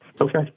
Okay